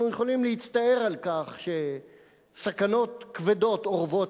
אנחנו יכולים להצטער על כך שסכנות כבדות אורבות